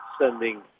sending